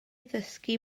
ddysgu